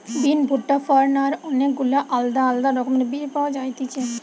বিন, ভুট্টা, ফার্ন আর অনেক গুলা আলদা আলদা রকমের বীজ পাওয়া যায়তিছে